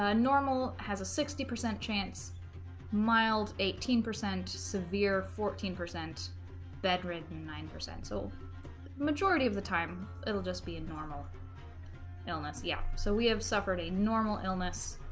ah normal has a sixty percent chance mild eighteen percent severe fourteen percent bedridden nine percent so majority of the time it'll just be in normal illinois yeah so we have suffered a normal illness